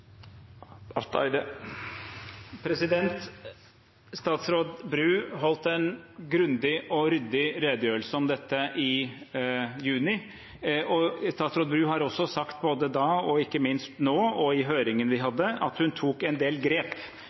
Statsråd Bru holdt en grundig og ryddig redegjørelse om dette i juni. Hun sa da, og ikke minst nå og i høringen vi hadde, at hun tok en del grep.